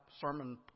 sermon